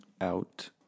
out